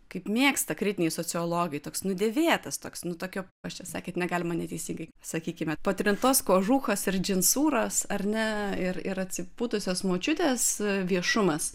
kaip mėgsta kritiniai sociologai toks nudėvėtas toks nu tokio jūs čia sakėt negalima neteisingai sakykime patrintos kožūchos ir džinsūros ar ne ir ir atsipūtusios močiutės viešumas